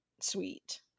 sweet